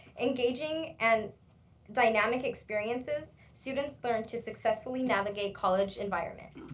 engaging and dynamic experiences students learn to successfully navigate college environment.